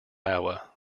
iowa